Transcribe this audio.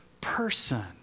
person